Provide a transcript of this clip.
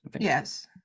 Yes